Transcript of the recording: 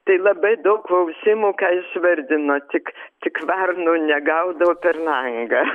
tai labai daug klausimų ką jūs vardinot tik tik varnų negaudau per langą